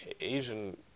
Asian